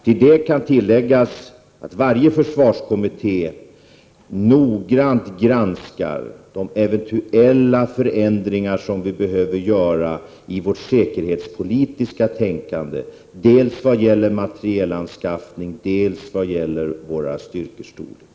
Till detta kan läggas att varje försvarskommitté noggrant granskar de eventuella förändringar som vi behöver göra i vårt säkerhetspolitiska tänkande dels vad gäller materielanskaffning, dels vad gäller våra styrkors storlek.